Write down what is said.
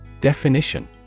Definition